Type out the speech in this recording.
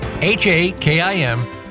H-A-K-I-M